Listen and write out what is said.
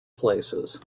places